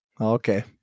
Okay